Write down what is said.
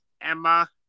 Emma